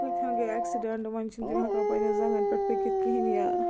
کۭتہِ ہن گٔے ایٚکسیڈنٹ وۄنۍ چھِنہٕ تِم ہٮ۪کان پنٛٮ۪ن زنٛگن پٮ۪ٹھ پٔکِتھ کِہیٖنۍ یا